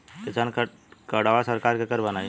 किसान कार्डवा सरकार केकर बनाई?